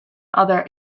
other